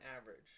average